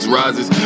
rises